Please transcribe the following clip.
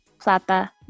Plata